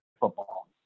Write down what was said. football